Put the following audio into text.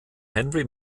henry